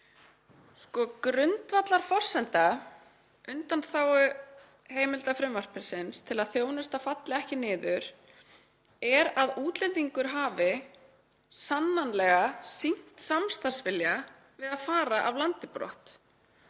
Grundvallarforsenda undanþágu heimilda frumvarpsins til að þjónusta falli ekki niður er að útlendingur hafi „sannanlega sýnt samstarfsvilja við að fara af landi brott“.